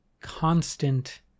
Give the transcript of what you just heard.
constant